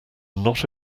not